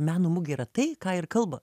meno mugė yra tai ką ir kalba